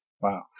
Wow